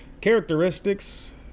Characteristics